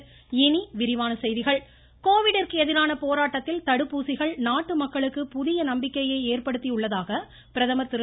மன்கிபாத் கோவிடிற்கு எதிரான போராட்டத்தில் தடுப்பூசிகள் நாட்டு மக்களுக்கு புதிய நம்பிக்கையை ஏற்படுத்தியுள்ளதாக பிரதமர் திரு